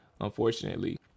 unfortunately